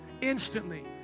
Instantly